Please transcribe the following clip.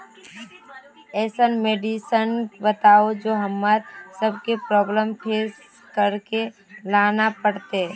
ऐसन मेडिसिन बताओ जो हम्मर सबके प्रॉब्लम फेस करे ला ना पड़ते?